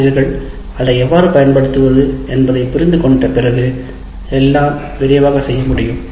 ஆசிரியர்கள் அதை எவ்வாறு பயன்படுத்துவது என்பதைப் புரிந்த கொண்ட பிறகு எல்லாம் விரைவாக செய்ய முடியும்